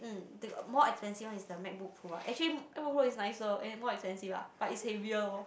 mm more expensive one is the MacBook Pro ah actually MacBook Pro is nicer and more expensive ah but it's heavier loh